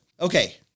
Okay